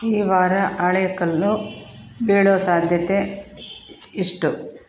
ಈ ವಾರ ಆಲಿಕಲ್ಲು ಬೀಳೋ ಸಾಧ್ಯತೆ ಇಷ್ಟು